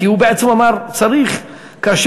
כי הוא בעצם אמר: צריך.